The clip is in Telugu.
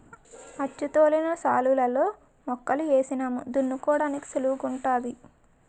అచ్చుతోలిన శాలులలో మొక్కలు ఏసినాము దున్నుకోడానికి సుళువుగుంటాది